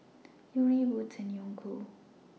Yuri Wood's and Onkyo